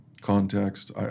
context